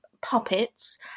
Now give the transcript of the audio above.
puppets